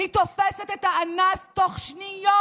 היא תופסת את האנס תוך שניות.